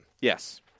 Yes